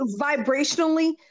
vibrationally